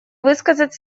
высказать